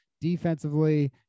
defensively